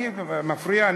אני מפריע?